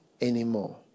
anymore